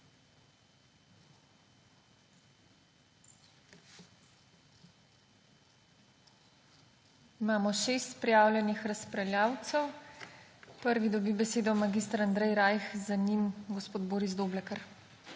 Imamo 6 prijavljenih razpravljavcev. Prvi dobi besedo mag. Andrej Rajh. Za njim gospod Boris Doblekar.